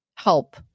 Help